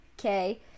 okay